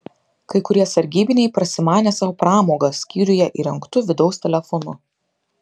kai kurie sargybiniai prasimanė sau pramogą skyriuje įrengtu vidaus telefonu